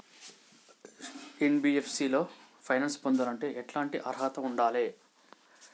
NBFC లో finance పొందాలంటే ఎట్లాంటి అర్హత ఉండాలే?